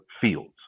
fields